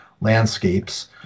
landscapes